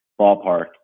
ballpark